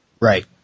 Right